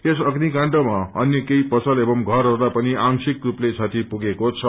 यस अग्नि काण्डमा अन्य केही पसल एवं घरहरूलाई पनि आंशिक रूपले क्षति पुगेको छ